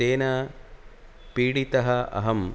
तेन पीडितः अहं